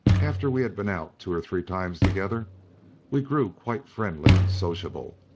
after we had been out two or three times together we grew quite friendly and sociable,